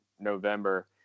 november